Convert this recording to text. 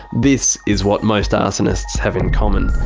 this is what most arsonists have in common.